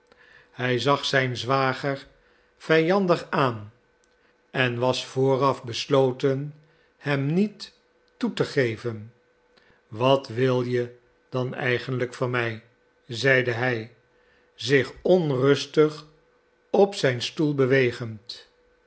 hij zag zijn zwager vijandig aan en was vooraf besloten hem niet toe te geven wat wil je dan eigenlijk van mij zeide hij zich onrustig op zijn stoel bewegend